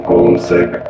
Homesick